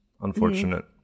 unfortunate